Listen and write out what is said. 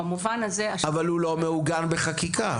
במובן הזה --- אבל הוא לא מעוגן בחקיקה,